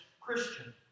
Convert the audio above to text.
Christian